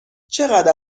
چقدر